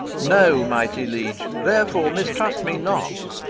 no, mighty leige therefore mistrust me not.